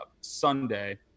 Sunday